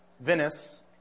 Venice